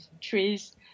trees